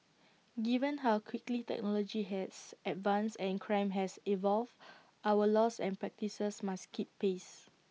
given how quickly technology has advanced and crime has evolved our laws and practices must keep pace